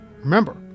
Remember